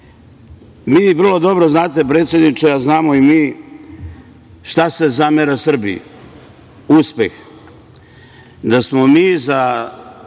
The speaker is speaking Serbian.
vrlo dobro znate, predsedniče, a znamo i mi, šta se zamera Srbiji – uspeh. Da smo mi za